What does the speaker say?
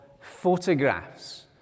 photographs